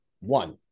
One